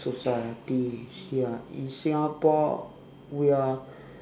society you see ah in singapore we are